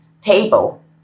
table